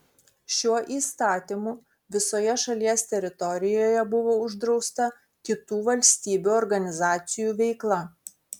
šiuo įstatymu visoje šalies teritorijoje buvo uždrausta kitų valstybių organizacijų veikla